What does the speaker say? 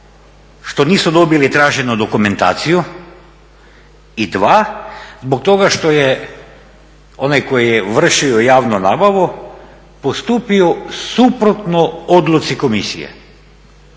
što nisu dobili traženu dokumentaciju. I drugo, zbog toga što je onaj koji je vršio javnu nabavu postupio suprotno odluci komisije.